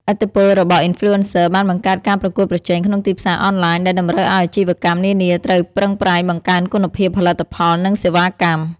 ឥទ្ធិពលរបស់ អុីនផ្លូអេនសឹ បានបង្កើនការប្រកួតប្រជែងក្នុងទីផ្សារអនឡាញ ដែលតម្រូវឲ្យអាជីវកម្មនានាត្រូវប្រឹងប្រែងបង្កើនគុណភាពផលិតផល និងសេវាកម្ម។